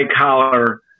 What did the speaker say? collar